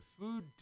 food